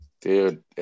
Dude